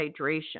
hydration